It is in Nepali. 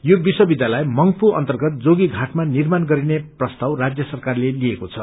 यो विश्व विध्यालय मंग्पू अर्न्तगत जोगीबाटमा निर्माण गरिने प्रस्ताव राज्य सरकारले लिएको छ